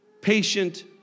patient